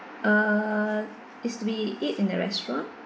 uh is we eat in the restaurant